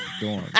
dorm